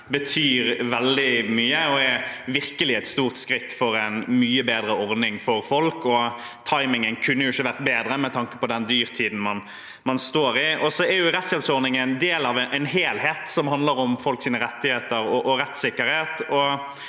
betyr veldig mye og er virkelig et stort skritt for en mye bedre ordning for folk. Timingen kunne heller ikke vært bedre med tanke på den dyrtiden man står i. Rettshjelpsordningen er jo en del av en helhet som handler om folks rettigheter og rettssikkerhet.